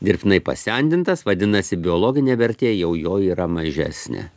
dirbtinai pasendintas vadinasi biologinė vertė jau jo yra mažesnė